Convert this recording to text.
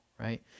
right